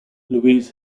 louise